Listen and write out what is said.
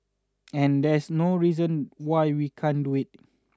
and there's no reason why we can't do it